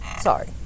sorry